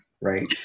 right